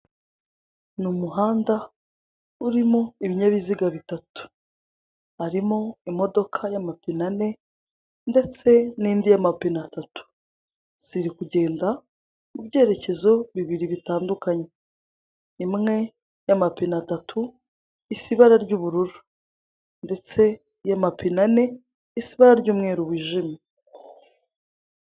Ni umuhanda urimo ibinyabiziga bitatu: harimo imodoka y'amapine ane, ndetse n'indi y'amapine atatu. Ziri kugenda mubyerekezo bibiri bitandukanye. Imwe y'amapine atatu isa ibara ry'ubururu, ndetse iy'amapine ane isa ibara ry'umweru wijimye.